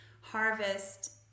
harvest